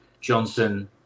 Johnson